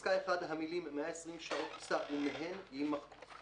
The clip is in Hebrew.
בפסקה (1), המילים "125 שעות טיסה ומהן" - יימחקו,